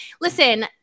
listen